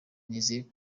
nizeye